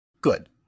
Good